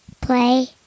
Play